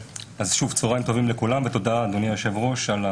צהרים טובים לכולם ותודה על ההזדמנות,